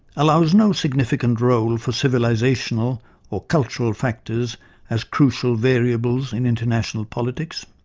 allows no significant role for civilizational or cultural factors as crucial variables in international politics.